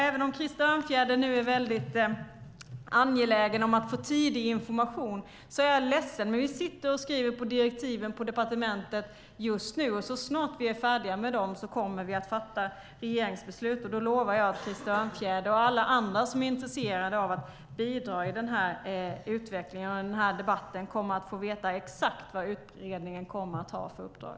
Även om Krister Örnfjäder nu är väldigt angelägen om att få tidig information är jag ledsen att jag inte kan ge honom det. Men vi sitter och skriver på direktiven på departementet just nu, och så snart vi är färdiga med dem kommer vi att fatta ett regeringsbeslut. Då lovar jag att Krister Örnfjäder och alla andra som är intresserade av att bidra i den här utvecklingen och den här debatten kommer att veta exakt vad utredningen kommer att ha för uppdrag.